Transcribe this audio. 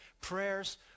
prayers